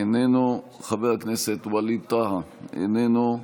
איננו, חבר הכנסת ווליד טאהא, איננו,